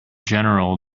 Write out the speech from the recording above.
general